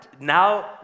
now